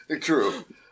True